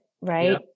right